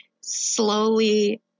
slowly